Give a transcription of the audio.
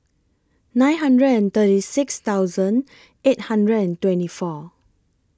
nine hundred and thirty six thousand eight hundred and twenty four